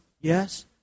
yes